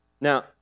Now